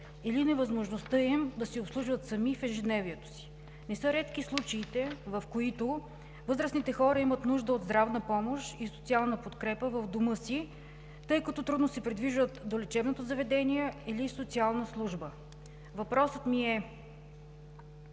или невъзможността им да се обслужват сами в ежедневието си. Не са редки случаите, в които възрастните хора имат нужда от здравна помощ и социална подкрепа в дома си, тъй като трудно се придвижват до лечебното заведение или социалната служба. Въпросът ми е: